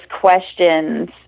questions